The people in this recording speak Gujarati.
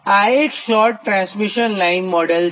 આ એક શોર્ટ લાઇન મોડેલ છે